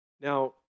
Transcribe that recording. Now